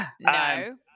No